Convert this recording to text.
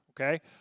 okay